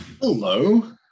Hello